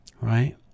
Right